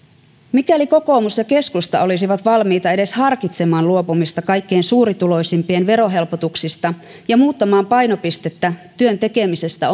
mikäli kokoomus ja keskusta olisivat valmiita edes harkitsemaan luopumista kaikkein suurituloisimpien verohelpotuksista ja muuttamaan painopistettä työn tekemisestä